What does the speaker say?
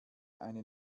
eine